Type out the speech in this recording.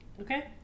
Okay